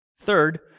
Third